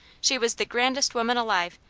she was the grandest woman alive,